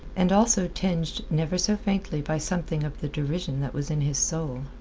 and also tinged never so faintly by something of the derision that was in his soul.